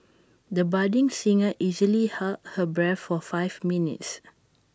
the budding singer easily held her breath for five minutes